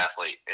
athlete